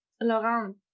Laurent